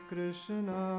Krishna